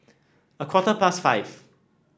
a quarter past five